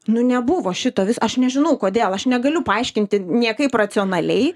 nu nebuvo šito aš nežinau kodėl aš negaliu paaiškinti niekaip racionaliai